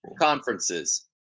conferences